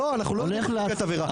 לא אנחנו לא יורדים עם בקבוקי תבערה,